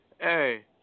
Hey